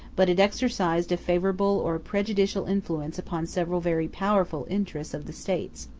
but it exercised a favorable or a prejudicial influence upon several very powerful interests of the states.